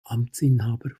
amtsinhaber